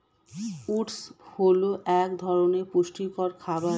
oats হল এক ধরনের পুষ্টিকর খাবার